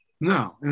No